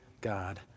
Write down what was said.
God